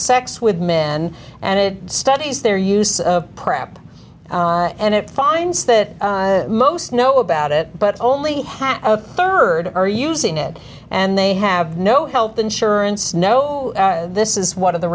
sex with men and it studies their use of prep and it finds that most know about it but only half a rd are using it and they have no health insurance no this is one of the